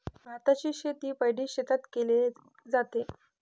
भाताची शेती पैडी शेतात केले जाते